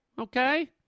okay